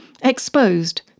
exposed